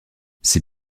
ses